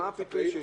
מה הפיתוי?